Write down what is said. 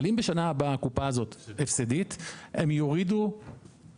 אבל אם בשנה הבאה הקופה הזאת היא הפסדית הם יורידו שירותים.